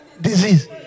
disease